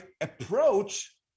approach